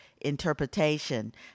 interpretation